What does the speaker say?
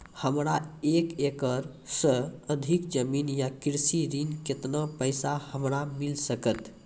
हमरा एक एकरऽ सऽ अधिक जमीन या कृषि ऋण केतना पैसा हमरा मिल सकत?